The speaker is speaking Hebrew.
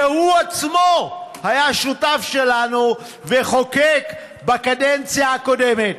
כשהוא עצמו היה שותף שלנו וחוקק בקדנציה הקודמת.